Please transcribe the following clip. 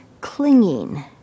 clinging